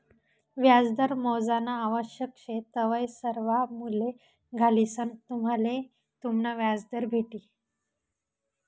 व्याजदर मोजानं आवश्यक शे तवय सर्वा मूल्ये घालिसंन तुम्हले तुमनं व्याजदर भेटी